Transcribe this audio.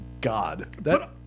God